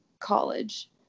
college